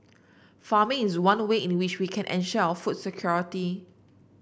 farming is one way in which we can ensure our food security